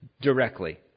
directly